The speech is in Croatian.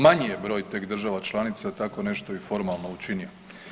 Manji je broj tek država članica tako nešto i formalno učinio.